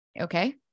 Okay